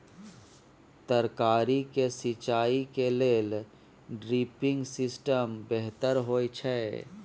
तरकारी के सिंचाई के लेल ड्रिपिंग सिस्टम बेहतर होए छै?